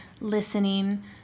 listening